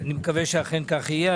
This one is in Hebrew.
אני מקווה שאכן כך יהיה.